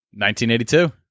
1982